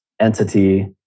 entity